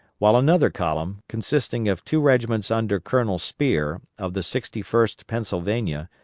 while another column, consisting of two regiments under colonel spear, of the sixty first pennsylvania,